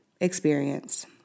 experience